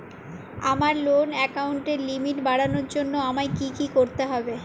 আমার লোন অ্যাকাউন্টের লিমিট বাড়ানোর জন্য আমায় কী কী করতে হবে?